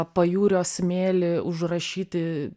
pajūrio smėly užrašyti